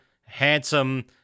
handsome